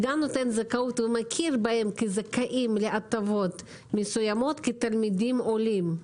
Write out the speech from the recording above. שגם מכיר בהם כזכאים להטבות מסוימות כתלמידים עולים.